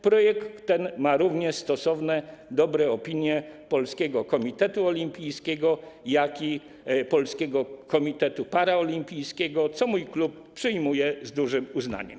Projekt ten otrzymał również stosowne dobre opinie zarówno Polskiego Komitetu Olimpijskiego, jak i Polskiego Komitetu Paraolimpijskiego, co mój klub przyjmuje z dużym uznaniem.